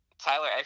Tyler